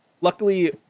Luckily